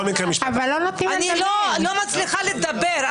אני לא מצליחה לדבר,